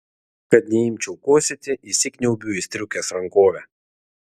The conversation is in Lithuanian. kad neimčiau kosėti įsikniaubiu į striukės rankovę